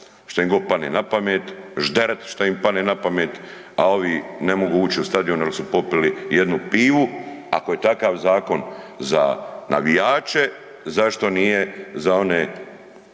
što im god padne na pamet, žderat što im padne na pamet, a ovi ne mogu uć u stadion jer su popili jednu pivu, ako je takav zakon za navijače, zašto nije za one,